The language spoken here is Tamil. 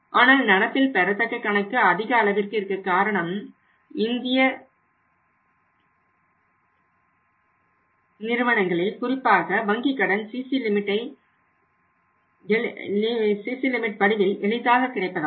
ஆனால் நடப்பில் பெறத்தக்க கணக்கு அதிக அளவிற்கு இருக்க காரணம் இந்திய நிறுவனங்களில் குறிப்பாக வங்கி கடன் சிசி லிமிட் வடிவில் எளிதாக கிடைப்பதாகும்